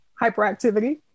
hyperactivity